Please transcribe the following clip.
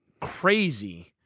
crazy